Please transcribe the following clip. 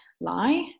lie